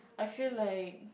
I feel like